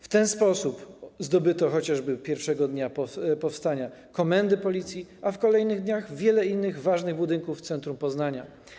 W ten sposób zdobyto chociażby pierwszego dnia powstania komendy policji, a w kolejnych dniach wiele innych ważnych budynków w centrum Poznania.